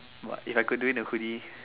what if I could do it a hoodie